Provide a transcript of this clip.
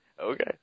Okay